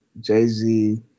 Jay-Z